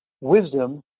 wisdom